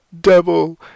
devil